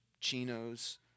chinos